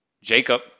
Jacob